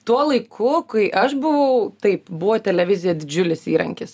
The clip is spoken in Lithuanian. tuo laiku kai aš buvau taip buvo televizija didžiulis įrankis